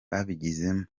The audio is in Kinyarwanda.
babigizemo